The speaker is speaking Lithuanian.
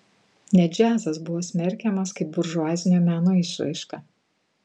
net džiazas buvo smerkiamas kaip buržuazinio meno išraiška